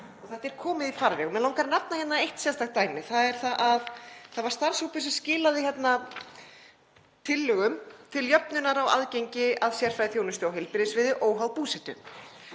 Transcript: og þetta er komið í farveg. Mig langar að nefna hérna eitt sérstakt dæmi: Það var starfshópur sem skilaði tillögum til jöfnunar á aðgengi að sérfræðiþjónustu á heilbrigðissviði, óháð búsetu.